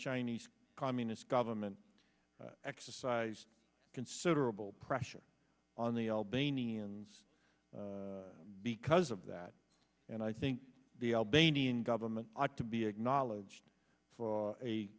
chinese communist government exercised considerable pressure on the albanians because of that and i think the albanian government ought to be acknowledged for a